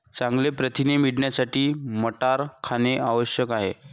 चांगले प्रथिने मिळवण्यासाठी मटार खाणे आवश्यक आहे